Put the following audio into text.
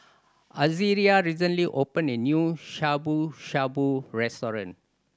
Azaria recently opened a new Shabu Shabu Restaurant